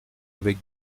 avec